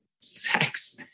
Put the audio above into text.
sex